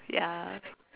ya